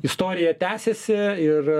istorija tęsiasi ir